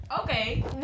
Okay